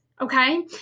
okay